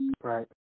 Right